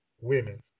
women